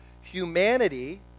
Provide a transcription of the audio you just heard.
Humanity